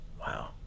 Wow